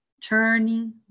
Turning